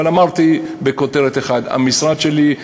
אבל אמרתי בכותרת אחת: המשרד שלי,